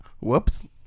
Whoops